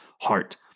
heart